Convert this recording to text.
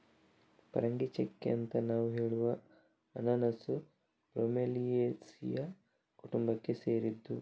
ಪರಂಗಿಚೆಕ್ಕೆ ಅಂತ ನಾವು ಹೇಳುವ ಅನನಾಸು ಬ್ರೋಮೆಲಿಯೇಸಿಯ ಕುಟುಂಬಕ್ಕೆ ಸೇರಿದ್ದು